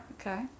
Okay